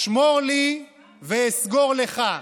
שמור לי ואסגור לך,